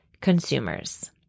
consumers